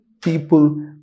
people